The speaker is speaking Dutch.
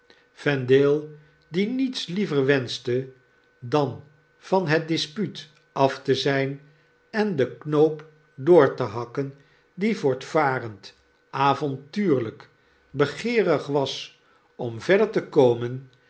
vendale die niets liever wenschte dan van het dispuut af te zgn en den knoop door te hakken die voortvarend avontuurlgk begeerig was om verder te komen